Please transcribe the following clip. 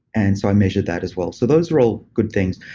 and so i measured that as well. so those are all good things.